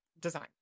design